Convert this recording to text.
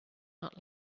not